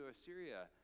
Assyria